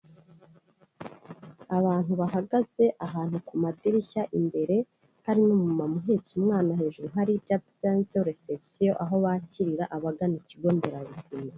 Abantu bahagaze ahantu kumadirishya imbere, hari n'umumama uhetse umwana hejuru hari ibyapa byanditseho resebusiyo aho bakirira abagana ikigo nderabuzima.